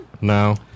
No